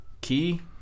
key